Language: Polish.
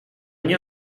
nie